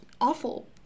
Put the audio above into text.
awful